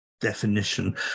definition